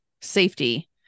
safety